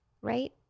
right